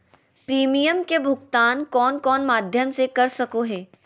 Premium के भुक्तान कौन कौन माध्यम से कर सको है?